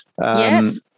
Yes